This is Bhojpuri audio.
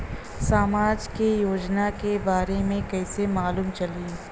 समाज के योजना के बारे में कैसे मालूम चली?